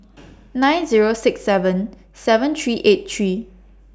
nine Zero six seven seven three eight three